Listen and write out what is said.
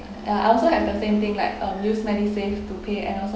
ya I also have the same thing like um use medisave to pay and also